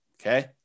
okay